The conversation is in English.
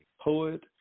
poet